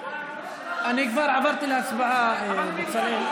אני כבר עברתי להצבעה, בצלאל.